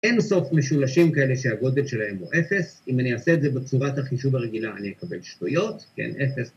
‫אין סוף משולשים כאלה ‫שהגודל שלהם הוא אפס. ‫אם אני אעשה את זה ‫בצורת החישוב הרגילה, ‫אני אקבל שטויות, כן? אפס.